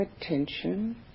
attention